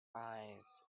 eyes